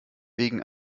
wegen